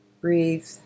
breathe